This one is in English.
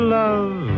love